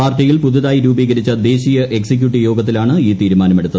പാർട്ടിയിൽ പുതുതായി രൂപീകരിച്ച ദേശീയ് എക്സിക്യൂട്ടീവ് യോഗത്തിലാണ് ഈ തീരുമാനമെടുത്തത്